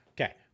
okay